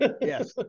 Yes